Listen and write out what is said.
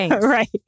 Right